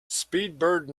speedbird